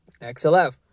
XLF